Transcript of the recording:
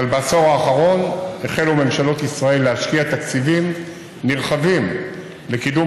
אבל בעשור האחרון החלו ממשלות ישראל להשקיע תקציבים נרחבים לקידום